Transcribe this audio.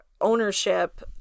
ownership